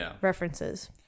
references